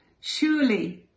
Surely